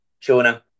Shona